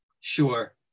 Sure